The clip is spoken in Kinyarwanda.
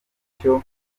bityo